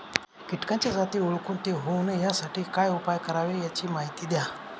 किटकाच्या जाती ओळखून ते होऊ नये यासाठी काय उपाय करावे याची माहिती द्या